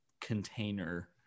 container